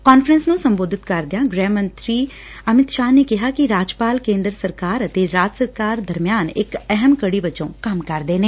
ਕਾਂਗਰਸ ਨੂੰ ਸੰਬੋਧਤ ਕਰਦਿਆਂ ਗ੍ਹਿ ਮੰਤਰੀ ਨੇ ਕਿਹਾ ਕਿ ਰਾਜਪਾਲਾਂ ਕੇਂਦਰ ਸਰਕਾਰ ਅਤੇ ਰਾਜ ਸਰਕਾਰ ਦਰਮਿਆਨ ਇਕ ਅਹਿਮ ਕੜੀ ਵਜੋਂ ਕੰਮ ਕਰਦੇ ਨੇ